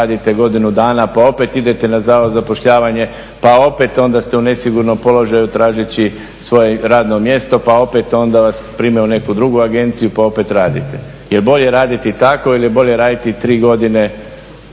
radite godinu dana, pa opet idete na zavod za zapošljavanje, pa opet onda ste u nesigurnom položaju tražeći svoje radno mjesto, pa onda opet vas prime u neku drugu agenciju, pa opet radite. Jel bolje raditi tako ili je bolje raditi 3 godine